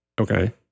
Okay